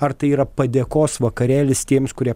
ar tai yra padėkos vakarėlis tiems kurie